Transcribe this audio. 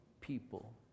people